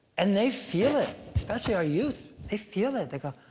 and they feel it. especially our youth, they feel it. they go,